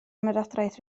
ymerodraeth